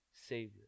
Savior